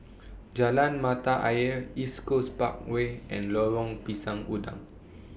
Jalan Mata Ayer East Coast Parkway and Lorong Pisang Udang